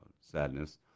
sadness